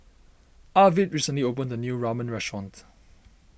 Arvid recently opened a new Ramen restaurant